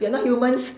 we're not humans